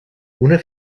una